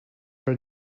for